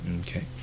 Okay